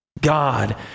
God